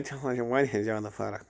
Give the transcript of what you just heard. اَتہِ ہسا چھِ وارِیاہ زیادٕ فرق